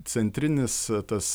centrinis tas